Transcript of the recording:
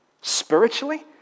spiritually